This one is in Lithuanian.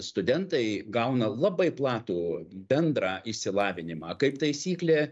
studentai gauna labai platų bendrą išsilavinimą kaip taisyklė